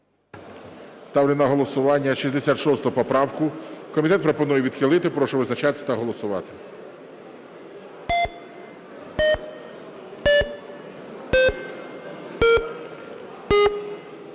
Ставлю на голосування 66 поправку. Комітет пропонує відхилити. Прошу визначатися та голосувати.